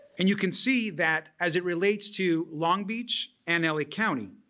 and you can see that as it relates to long beach and la county